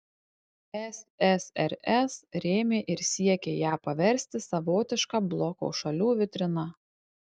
ssrs rėmė ir siekė ją paversti savotiška bloko šalių vitrina